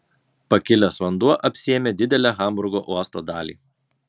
pakilęs vanduo apsėmė didelę hamburgo uosto dalį